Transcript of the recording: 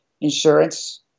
insurance